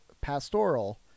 pastoral